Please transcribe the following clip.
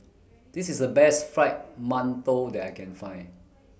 This IS The Best Fried mantou that I Can Find